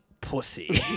pussy